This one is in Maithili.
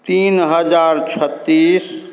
तीन हजार छत्तीस